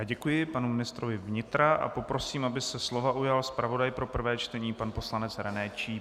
Děkuji panu ministrovi vnitra a poprosím, aby se slova ujal zpravodaj pro prvé čtení pan poslanec René Číp.